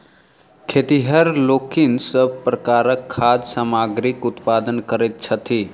खेतिहर लोकनि सभ प्रकारक खाद्य सामग्रीक उत्पादन करैत छथि